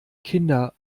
kinder